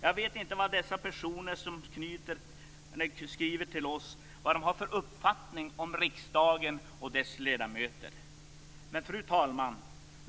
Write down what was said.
Jag vet inte vad dessa brevskrivare har för uppfattning om riksdagen och dess ledamöter. Fru talman!